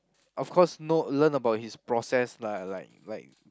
of course know learn about his process lah like like